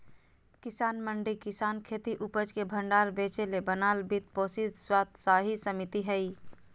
किसान मंडी किसानखेती उपज के भण्डार बेचेले बनाल वित्त पोषित स्वयात्तशासी समिति हइ